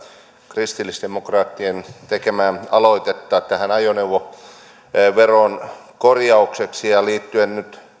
kristillisdemokraattien tekemää aloitetta ajoneuvoveron korjaukseksi ja liittyen nyt